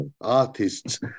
artists